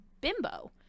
bimbo